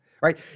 right